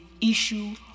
issue